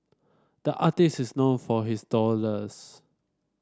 the artist is known for his